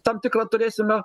tam tikrą turėsime